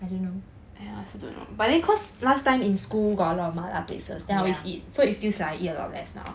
I don't know yeah